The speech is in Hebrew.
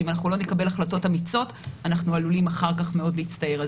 ואם אנחנו לא נקבל החלטות אמיצות אנחנו עלולים אחר כך מאוד להצטער.